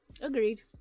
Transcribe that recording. Agreed